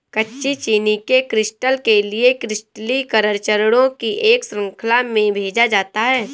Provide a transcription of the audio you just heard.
कच्ची चीनी के क्रिस्टल के लिए क्रिस्टलीकरण चरणों की एक श्रृंखला में भेजा जाता है